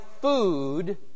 food